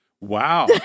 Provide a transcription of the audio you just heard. Wow